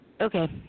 Okay